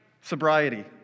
Sobriety